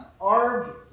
argue